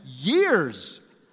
years